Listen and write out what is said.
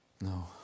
No